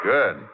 Good